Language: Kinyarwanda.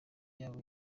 yabo